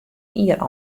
jier